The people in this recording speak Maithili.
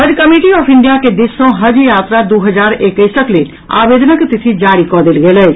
हज कमिटी ऑफ इंडिया के दिस सँ हज यात्रा दू हजार एकैसक लेल आवेदनक तिथि जारी कऽ देल गेल अछि